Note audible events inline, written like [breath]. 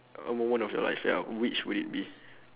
a moment of your life ya which would it be [breath]